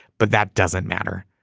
but that doesn't matter.